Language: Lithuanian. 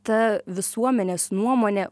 ta visuomenės nuomonė